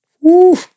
Woo